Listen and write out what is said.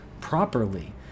properly